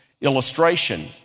illustration